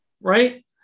right